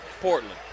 Portland